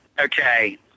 Okay